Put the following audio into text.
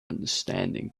understanding